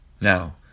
Now